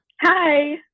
Hi